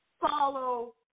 Follow